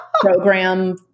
program